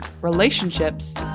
relationships